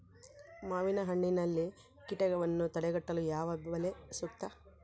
ಮಾವಿನಹಣ್ಣಿನಲ್ಲಿ ಕೇಟವನ್ನು ತಡೆಗಟ್ಟಲು ಯಾವ ಬಲೆ ಸೂಕ್ತ?